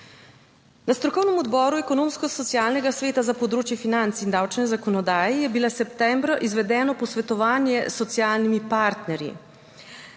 Na strokovnem odboru Ekonomsko-socialnega sveta za področje financ in davčne zakonodaje je bila septembra izvedeno posvetovanje s socialnimi partnerji.